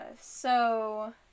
so-